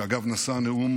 שאגב, נשא נאום